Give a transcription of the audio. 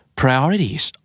priorities